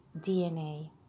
DNA